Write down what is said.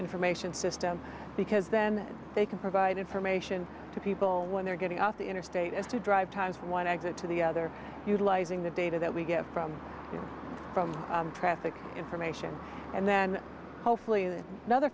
information system because then they can provide information to people when they're getting off the interstate as to drive times one exit to the other utilizing the data that we get from the from traffic information and then hopefully another